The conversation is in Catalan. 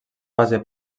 basa